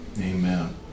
Amen